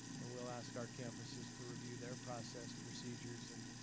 and we'll ask our campuses to review their process, procedures, and